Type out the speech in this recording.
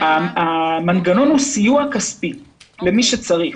המנגנון הוא סיוע כספי למי שצריך.